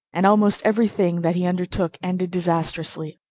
and almost every thing that he undertook ended disastrously.